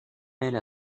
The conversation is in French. elle